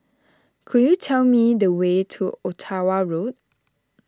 could you tell me the way to Ottawa Road